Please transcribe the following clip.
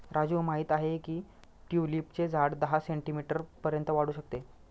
राजू माहित आहे की ट्यूलिपचे झाड दहा सेंटीमीटर पर्यंत वाढू शकते